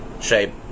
shape